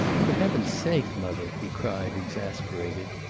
for heaven's sake, mother, he cried, exasperated.